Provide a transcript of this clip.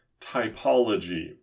typology